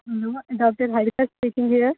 doctor Haritha speaking here